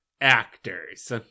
Actors